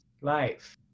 life